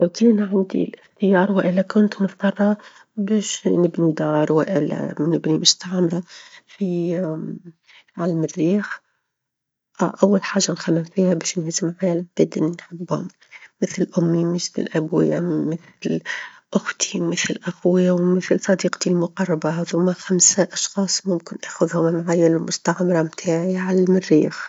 لو كان عندي الإختيار، والا كنت مظطرة باش نبني دار، والا بنبني مستعمرة -في- على المريخ، أول حاجة نخمم فيها بنجهز معايا العباد اللي نحبهم مثل أمي، مثل أبويا، مثل أختي، مثل أخويا، ومثل صديقتي المقربة، هذوم هما خمسة أشخاص ممكن آخذهم معايا للمستعمرة متاعي على المريخ.